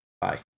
Bye